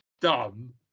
dumb